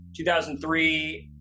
2003